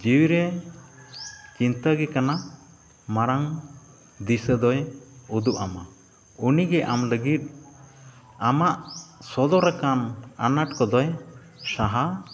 ᱡᱤᱣᱤ ᱨᱮ ᱪᱤᱱᱛᱟᱹ ᱜᱮ ᱠᱟᱱᱟ ᱢᱟᱨᱟᱝ ᱫᱤᱥᱟᱹ ᱫᱚᱭ ᱩᱫᱩᱜ ᱟᱢᱟ ᱩᱱᱤ ᱜᱮ ᱟᱢ ᱞᱟᱹᱜᱤᱫ ᱟᱢᱟᱜ ᱥᱚᱫᱚᱨᱟᱠᱟᱱ ᱟᱱᱟᱴ ᱠᱚᱫᱚᱭ ᱥᱟᱦᱟ